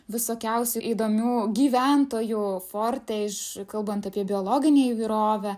visokiausių įdomių gyventojų forte iš kalbant apie biologinę įvairovę